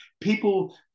people